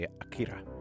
Akira